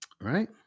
right